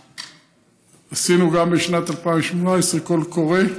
עשינו גם בשנת 2018 קול קורא,